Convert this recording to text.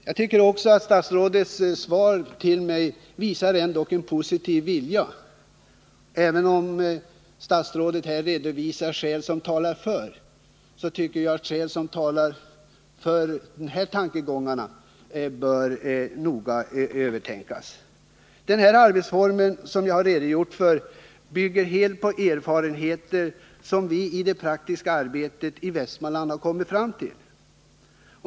Jag tycker att statsrådets svar till mig visar en positiv vilja, men det finns ändå skäl som talar för att de tankegångar som förs fram i interpellationen bör övervägas. Den arbetsform, som jag har redogjort för, bygger helt på erfarenheter från det praktiska arbetet i Västmanland.